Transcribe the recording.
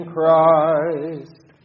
Christ